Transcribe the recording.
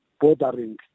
bordering